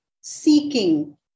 seeking